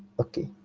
ok,